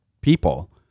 people